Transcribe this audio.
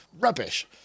Rubbish